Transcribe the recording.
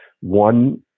one